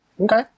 Okay